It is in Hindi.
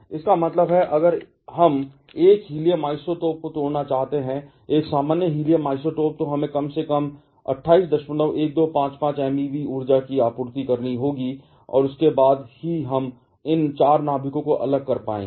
इसका मतलब है अगर हम 1 हीलियम आइसोटोप को तोड़ना चाहते हैं एक सामान्य हीलियम आइसोटोप तो हमें कम से कम 281255 MeV ऊर्जा की आपूर्ति करनी होगी और उसके बाद ही हम इन 4 नाभिकों को अलग कर पाएंगे